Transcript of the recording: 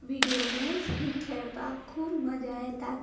video games ही खेळपाक खूब मजा येतात